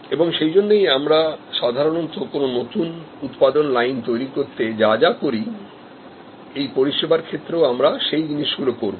এবং সেই জন্য আমরা সাধারণত কোন নতুন উত্পাদন লাইন তৈরি করতে যা যা করি এই পরিষেবার ক্ষেত্রেও আমরা সেই জিনিসগুলো করব